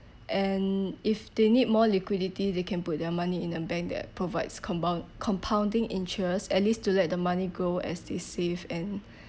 and if they need more liquidity they can put their money in a bank that provides compound compounding interest at least to let the money grow as they save and